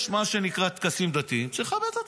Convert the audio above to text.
יש מה שנקרא טקסים דתיים, צריך לכבד אותם.